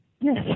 yes